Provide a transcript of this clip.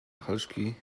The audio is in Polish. halszki